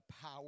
power